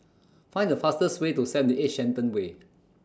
Find The fastest Way to seventy eight Shenton Way